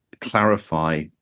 clarify